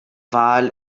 wahl